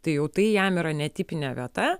tai jau tai jam yra netipinė vieta